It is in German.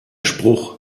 spruch